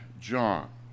John